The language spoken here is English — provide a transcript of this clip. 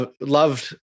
loved